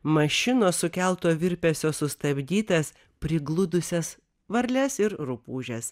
mašinos sukelto virpesio sustabdytas prigludusias varles ir rupūžes